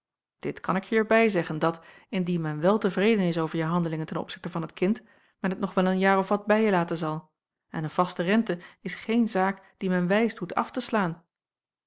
dit kan ik je er bij zeggen dat indien men wel tevreden is over je handelingen ten opzichte van het kind men het nog wel een jaar of wat bij je laten zal en een vaste rente is geen zaak die men wijs doet af te slaan